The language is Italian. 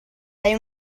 lei